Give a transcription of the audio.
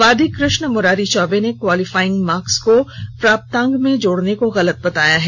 वादी कृष्ण मुरारी चौबे ने qualify marks को प्राप्तांक में जोड़ने को गलत बताया है